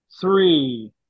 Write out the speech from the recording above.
three